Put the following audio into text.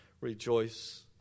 Rejoice